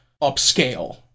upscale